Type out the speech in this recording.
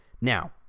now